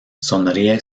sonríe